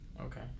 Okay